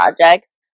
projects